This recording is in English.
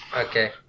Okay